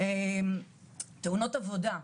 תאונות עבודה,